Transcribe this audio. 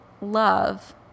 love